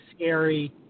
scary